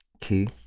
Key